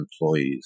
employees